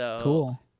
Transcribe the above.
Cool